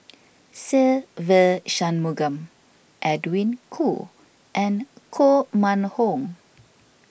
Se Ve Shanmugam Edwin Koo and Koh Mun Hong